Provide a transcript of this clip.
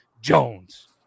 Jones